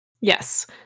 yes